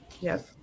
Yes